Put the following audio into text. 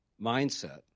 mindset